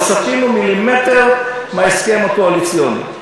לא סטינו מילימטר מההסכם הקואליציוני.